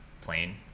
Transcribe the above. plane